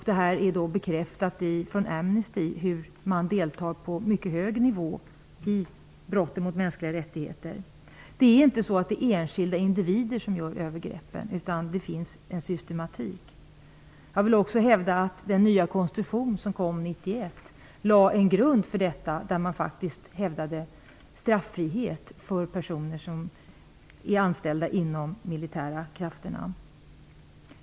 Det är bekräftat från Amnesty att man på mycket hög nivå deltar i brotten mot mänskliga rättigheter. Det är inte enskilda individer som utför övergreppen, utan det finns en systematik. Jag vill också hävda att den nya konstitution som infördes 1991 lade en grund för detta. Man hävdade där straffrihet för personer som är anställda inom de militära krafterna.